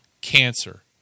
cancer